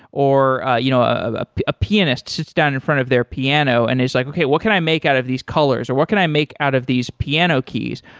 or you know ah a pianist sits down in front of their piano and it's like, okay, what can i make out of these colors, or what can i make out of these piano keys?